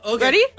Ready